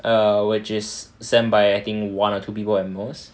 err which is sent by one or two people at most